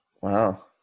Wow